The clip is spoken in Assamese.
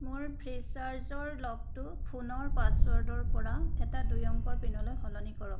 মোৰ ফ্ৰীচাৰ্জৰ লকটো ফোনৰ পাছৱৰ্ডৰ পৰা এটা দুই অংকৰ পিনলৈ সলনি কৰক